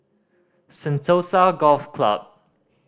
Sentosa Golf Club